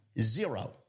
Zero